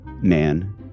man